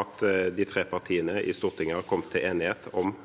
at de tre partiene i Stortinget har kommet til enighet om